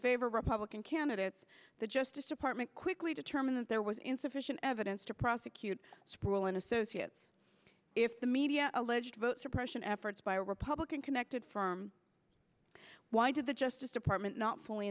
favor republican candidates the justice department quickly determined that there was insufficient evidence to prosecute sproule and associates if the media alleged vote suppression efforts by a republican connected firm why did the justice department not fully